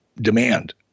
demand